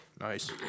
Nice